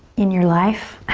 in your life.